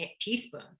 teaspoon